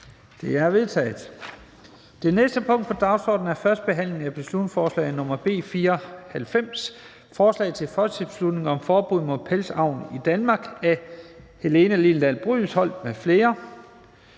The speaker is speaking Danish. Det er vedtaget. --- Det næste punkt på dagsordenen er: 7) 1. behandling af beslutningsforslag nr. B 94: Forslag til folketingsbeslutning om forbud mod pelsavl i Danmark. Af Helene Liliendahl Brydensholt (ALT)